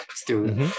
student